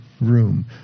room